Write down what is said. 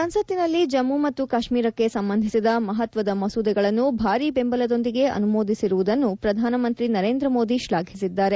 ಸಂಸತ್ತಿನಲ್ಲಿ ಜಮ್ಮ ಮತ್ತು ಕಾಶ್ಮೀರಕ್ಕೆ ಸಂಬಂಧಿಸಿದ ಮಹತ್ವದ ಮಸೂದೆಗಳನ್ನು ಭಾರೀ ಬೆಂಬಲದೊಂದಿಗೆ ಅನುಮೋದಿಸಿರುವುದನ್ನು ಶ್ರಧಾನಮಂತ್ರಿ ನರೇಂದ್ರ ಮೋದಿ ಶ್ಲಾಘಿಸಿದ್ದಾರೆ